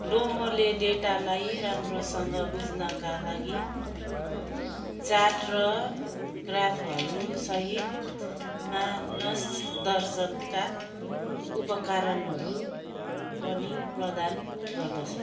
डोमोले डेटालाई राम्रोसँग बुझ्नका लागि चार्ट र ग्राफहरूसहित मानसदर्शनका उपकरणहरू पनि प्रदान गर्दछ